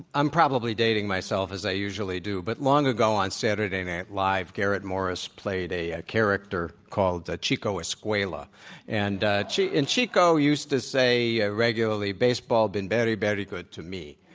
i'm probably dating myself as i usually do, but long ago on saturday night live garrett morris played a ah character called the chico escuela and and chico used to say ah regularly baseball been berry berry good to me.